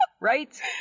Right